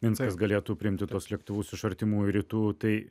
minskas galėtų priimti tuos lėktuvus iš artimųjų rytų tai